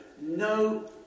no